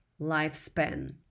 lifespan